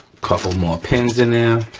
couple more pins in there.